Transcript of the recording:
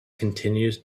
continued